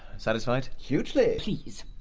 satisfied? hugely. please.